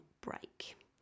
break